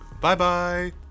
Bye-bye